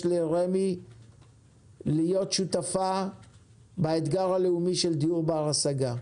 לרמ"י להיות שותפה באתגר הלאומי של דיור בר השגה.